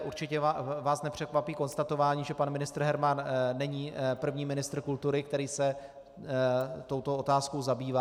Určitě vás také nepřekvapí konstatování, že pan ministr Herman není první ministr kultury, který se touto otázkou zabývá.